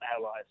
allies